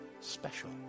special